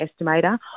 estimator